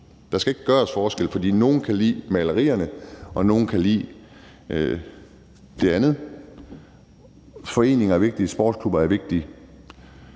Der skal ikke gøres forskel, for nogle kan lide malerierne, og nogle kan lide det andet. Foreninger er vigtige. Sportsklubber er vigtige.